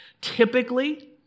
Typically